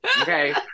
okay